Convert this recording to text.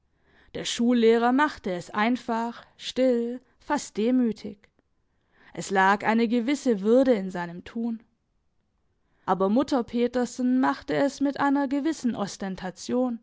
der schullehrer machte es einfach still fast demütig es lag eine gewisse würde in seinem tun aber mutter petersen machte es mit einer gewissen ostentation